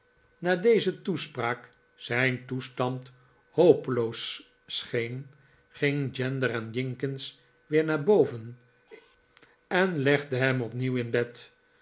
na deze toespraak zijn toestand hopeloos scheen gihgen gander en jinkins weer naar boven en legden hem opnieuw in bed